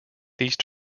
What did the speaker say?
these